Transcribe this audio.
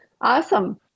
awesome